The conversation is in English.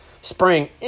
spraying